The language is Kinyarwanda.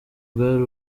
bwari